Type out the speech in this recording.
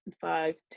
five